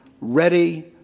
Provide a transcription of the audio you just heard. ready